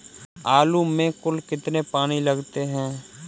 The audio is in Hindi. आलू में कुल कितने पानी लगते हैं?